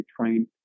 trained